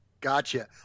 Gotcha